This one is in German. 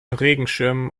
regenschirm